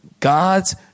God's